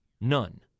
none